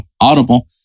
Audible